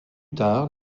tard